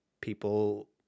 people